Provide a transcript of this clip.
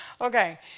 Okay